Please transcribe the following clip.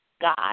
God